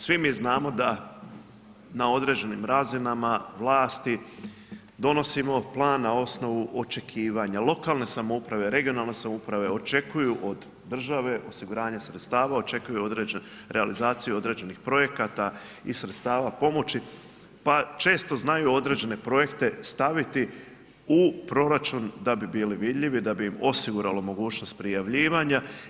Svi mi znamo da na određenim razinama vlasti donosimo plan na osnovu očekivanja, lokalne samouprave, regionalne samouprave očekuju od države osiguranje sredstava, očekuju realizaciju određenih projekata i sredstava pomoći, pa često znaju određene projekte staviti u proračun da bi bili vidljivi, da bi im osiguralo mogućnost prijavljivanja.